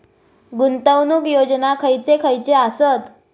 गुंतवणूक योजना खयचे खयचे आसत?